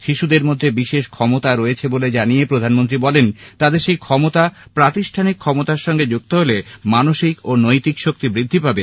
শিশুদের মধ্যে বিশেষ ক্ষমতা রয়েছে বলে জানিয়ে প্রধানমন্ত্রী বলেন তাদের সেই ক্ষমতা প্রাতিষ্ঠানিক ক্ষমতার সঙ্গে যুক্ত হলে তাদের মানসিক ও নৈতিক শক্তি বৃদ্ধি পাবে